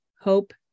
hope